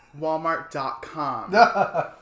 walmart.com